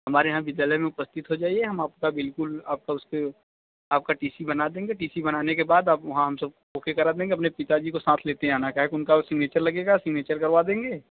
हमारे यहाँ विद्यालय में उपस्थित हो जाइए हम आपका बिल्कुल आपका उसके आपका टी सी बना देंगे टी सी बनाने के बाद आप वहाँ हम सब ओके करा देंगे अपने पिता जी को साथ लेते आना काहे को उनका सिग्नेचर लगेगा सिग्नेचर करवा देंगे